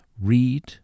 read